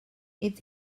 its